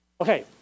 Okay